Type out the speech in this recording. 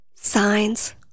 signs